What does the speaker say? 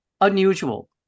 unusual